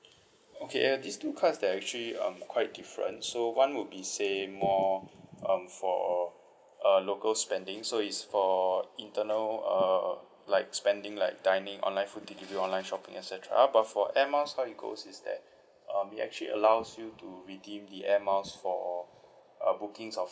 okay uh these two cards they're actually um quite different so one would be say more um for uh local spending so it's for internal err like spending like dining online food delivery online shopping et cetera but for air miles how it goes is that um it actually allows you to redeem the air miles for uh bookings of